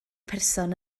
person